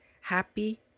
Happy